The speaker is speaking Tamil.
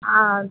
ஆ